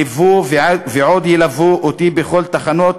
ליוו ועוד ילוו אותי בכל תחנות